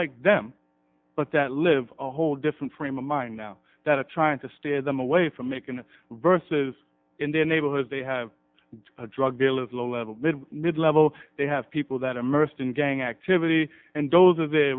like them but that live a whole different frame of mind now that of trying to steer them away from macon versus in their neighborhoods they have a drug deal of low level mid level they have people that are immersed in gang activity and those are the